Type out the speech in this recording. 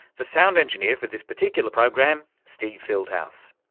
the sound engineer for this particular program, steve fieldhouse.